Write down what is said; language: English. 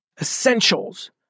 essentials